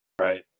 Right